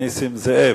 נסים זאב.